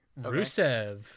Rusev